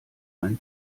ein